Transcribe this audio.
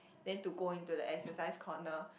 then to go into the exercise corner